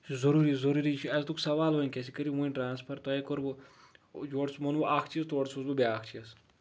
یہِ چھُ ضروٗری ضروٗری یہِ چھُ عیزتُک سوال ؤنٛکیٚس یہِ کٔرِو ؤنۍ ٹرانٛسفر تۄہہ کوٚروٕ یور مونٛگوٕ اکھ چیٖز تور سوٗزوٕ بیاکھ چیٖز